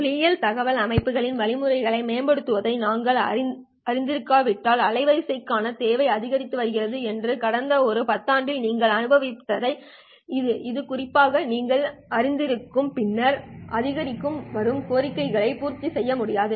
ஒளியியல் தகவல் அமைப்புகளின் வழிமுறைகளை மேம்படுத்துவதை நாங்கள் அறிந்திருக்காவிட்டால் அலைவரிசைக்கான தேவை அதிகரித்து வருகிறது என்று கடந்த இந்த பத்தாண்டுகளில் நீங்கள் அனுபவித்ததை இது குறிப்பாக நீங்கள் அறிந்திருக்கிறீர்கள் பின்னர் அதிகரித்து வரும் கோரிக்கைகளை பூர்த்தி செய்ய முடியாது